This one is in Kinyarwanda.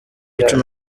icumi